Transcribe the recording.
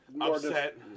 upset